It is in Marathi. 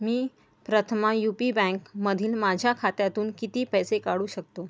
मी प्रथमा यू पी बँकमधील माझ्या खात्यातून किती पैसे काढू शकतो